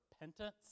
repentance